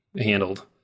handled